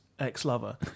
Ex-lover